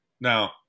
Now